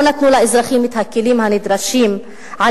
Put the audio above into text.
לא נתנה לאזרחים את הכלים הנדרשים על